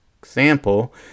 example